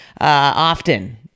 often